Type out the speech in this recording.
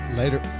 later